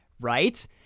Right